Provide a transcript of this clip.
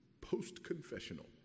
post-confessional